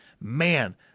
man